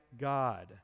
God